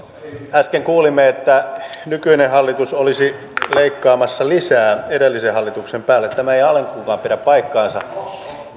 äsken kuulimme että nykyinen hallitus olisi leikkaamassa lisää edellisen hallituksen päälle tämä ei alkuunkaan pidä paikkaansa